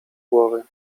głowy